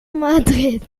madrid